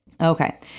Okay